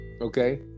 okay